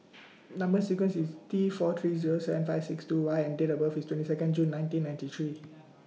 Number sequence IS T four three Zero seven five six two Y and Date of birth IS twenty Second June nineteen ninety three